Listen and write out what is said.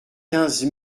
quinze